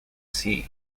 sea